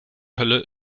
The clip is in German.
hölle